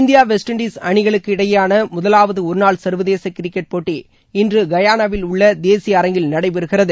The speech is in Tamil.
இந்தியா வெஸ்ட் இண்டீஸ் அணிகளுக்கு இடையேயான முதலாவது ஒருநாள் சர்வதேச கிரிக்கெட் போட்டி இன்று கயானாவில் உள்ள தேசிய அரங்கில் நடைபெறுகிறது